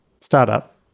startup